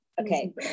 Okay